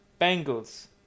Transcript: Bengals